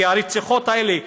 כי הרציחות האלה,